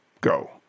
go